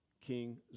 King